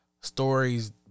stories